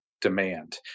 demand